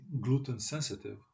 gluten-sensitive